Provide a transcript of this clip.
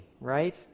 right